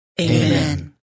Amen